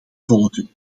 volgen